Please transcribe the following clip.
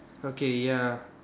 okay ya